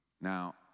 Now